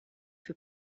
für